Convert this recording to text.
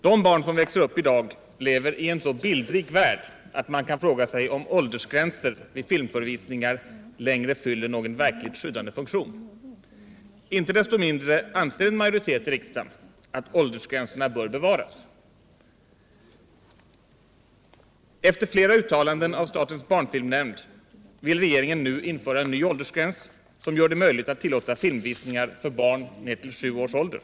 De barn som växer upp i dag lever i en så bildrik värld att man kan fråga sig om åldersgränser vid filmförevisningar längre fyller någon verkligt skyddande funktion. Inte desto mindre anser en majoritet i riksdagen att åldersgränserna bör bevaras. Efter flera uttalanden av statens barnfilmnämnd vill regeringen nu införa en ny åldersgräns, som gör det möjligt att tillåta filmvisningar för barn ner till sju års ålder.